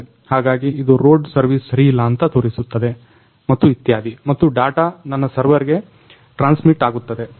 ಹಾಗಾಗಿ ಇದು road service ಸರಿಯಿಲ್ಲ ಅಂತ ತೋರಿಸುತ್ತದೆ ಮತ್ತು ಇತ್ಯಾದಿ ಮತ್ತು ಡಾಟ ನನ್ನ ಸರ್ವೆರ್ಗೆ ಟ್ರಾನ್ಸಿö್ಮಟ್ ಆಗುತ್ತದೆ